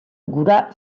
gura